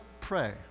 pray